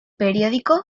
periódico